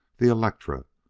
the electra,